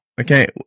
okay